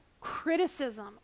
criticism